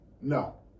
No